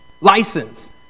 License